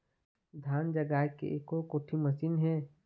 धान जगाए के एको कोठी मशीन हे?